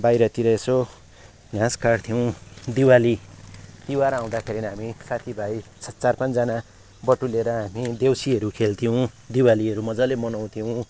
बाहिरतिर यसो घाँस काट्थ्यौँ दिवाली तिहार आउँदाखेरि हामी साथीभाइ छ चार पानजना बटुलेर हामी देउसीहरू खेल्थ्यौँ दिवालीहरू मजाले मनाउँथ्यौँ